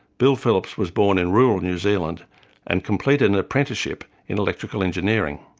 bill phillips was born in rural new zealand and completed an apprenticeship in electrical engineering.